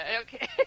okay